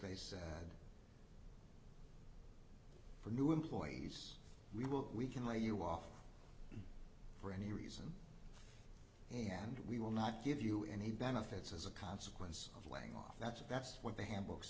they said for new employees we will we can lay you off for any reason and we will not give you any benefits as a consequence sang off that's that's what the handbook